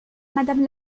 madame